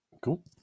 Cool